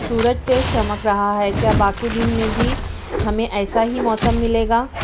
سورج تیز چمک رہا ہے کیا باقی دن میں بھی ہمیں ایسا ہی موسم ملے گا